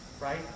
right